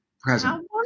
present